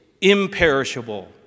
imperishable